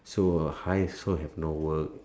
so uh I also have no work